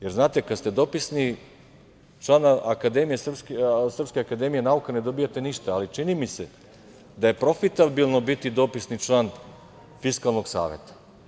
Jer znate, kada ste dopisni član Srpske akademije nauka ne dobijate ništa, ali čini mi se da je profitabilno biti dopisni član Fiskalnog saveta.